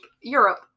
Europe